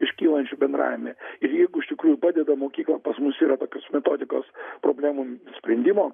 iškylančių bendravime ir jeigu iš tikrųjų padeda mokykla pas mus yra tokios metodikos problemų sprendimo